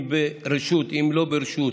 אם ברשות ואם שלא ברשות,